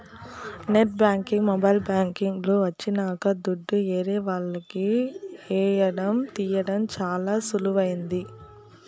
net banking mobile banking లు వచ్చినంక దుడ్డు ఏరే వాళ్లకి ఏయడం తీయడం చానా సులువైంది